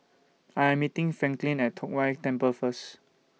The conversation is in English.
I'm meeting Franklyn At Tong Whye Temple First